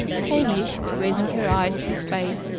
hamish! raising her eyes to his face,